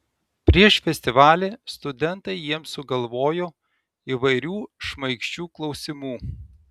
prieš festivalį studentai jiems sugalvojo įvairių šmaikščių klausimų